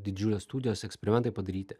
didžiulės studijos eksperimentai padaryti